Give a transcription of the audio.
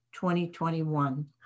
2021